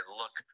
look